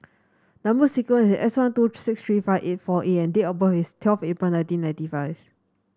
number sequence is S one two six three five eight four A and date of birth is twelve April nineteen ninety five